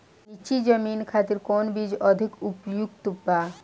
नीची जमीन खातिर कौन बीज अधिक उपयुक्त बा?